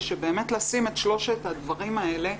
באמת לשים את שלושת הדברים האלה